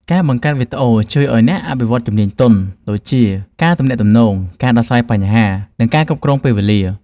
ការបង្កើតវីដេអូជួយឱ្យអ្នកអភិវឌ្ឍជំនាញទន់ ដូចជាការទំនាក់ទំនង ការដោះស្រាយបញ្ហា និងការគ្រប់គ្រងពេលវេលា។